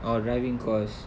or driving course